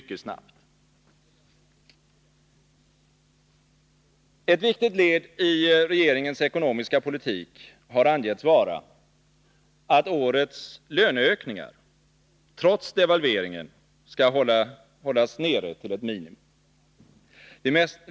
Ett viktigt led i regeringens ekonomiska politik har angetts vara att årets löneökningar trots devalveringen skall hållas nere vid ett minimum.